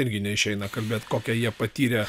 irgi neišeina kalbėti kokią jie patyrė